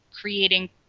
creating